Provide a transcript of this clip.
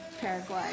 Paraguay